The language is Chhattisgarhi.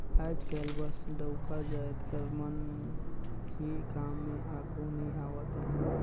आएज काएल बस डउका जाएत कर मन ही काम में आघु नी आवत अहें